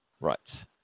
Right